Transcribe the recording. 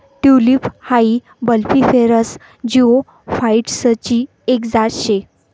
tulip हाई bulbiferous जिओफाइटसची एक जात शे